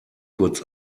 kurz